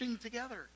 together